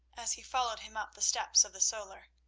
as he followed him up the steps of the solar.